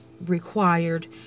required